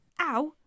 Ow